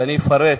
ואני אפרט.